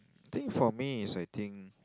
think for me is I think